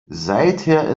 seither